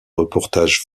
reportages